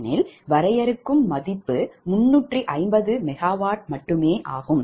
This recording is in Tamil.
ஏனெனில் வரையறுக்கும் மதிப்பு 350 𝑀W மட்டுமே ஆகும்